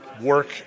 work